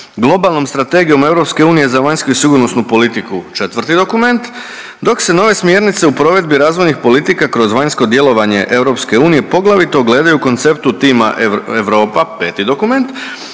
globalnom Strategijom EU za vanjsku i sigurnosnu politiku“ četvrti dokument „dok se nove smjernice u provedbi razvojnih politika kroz vanjsko djelovanje EU poglavito gleda u konceptu tima Europa“ peti dokument